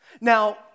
Now